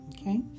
Okay